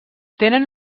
tenen